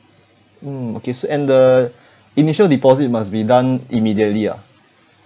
mm okay so and the initial deposit must be done immediately ah